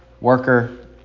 worker